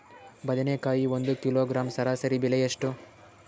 ಬದನೆಕಾಯಿ ಒಂದು ಕಿಲೋಗ್ರಾಂ ಸರಾಸರಿ ಬೆಲೆ ಎಷ್ಟು?